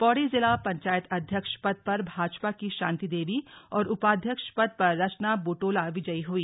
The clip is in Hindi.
पौड़ी जिला पंचायत अध्यक्ष पद पर भाजपा की शांति देवी और उपाध्यक्ष पद पर रचना बुटोला विजयी हुई